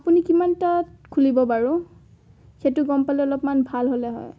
আপুনি কিমানটাত খুলিব বাৰু সেইটো গম পালে অলপমান ভাল হ'লে হয়